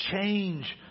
change